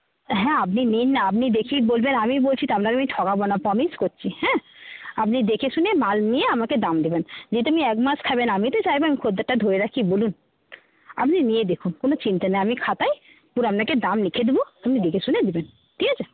হ্যাঁ আপনি নিন না আপনি দেখেই বলবেন আমি বলছি তো আপনাকে আমি ঠকাব না প্রমিস করছি হ্যাঁ আপনি দেখেশুনে মাল নিয়ে আমাকে দাম দেবেন যেহেতু আপনি এক মাস খাবেন আমিও তো চাইব আমি খদ্দেরটা ধরে রাখি বলুন আপনি নিয়ে দেখুন কোনো চিন্তা নেই আমি খাতায় পুরো আপনাকে দাম লিখে দেবো আপনি দেখেশুনে দেবেন ঠিক আছে